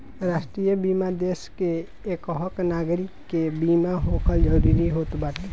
राष्ट्रीय बीमा देस के एकहक नागरीक के बीमा होखल जरूरी होत बाटे